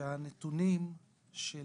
שהנתונים של